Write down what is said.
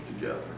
together